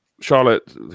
Charlotte